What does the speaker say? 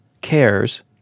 cares